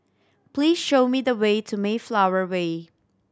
please show me the way to Mayflower Way